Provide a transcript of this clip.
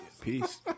peace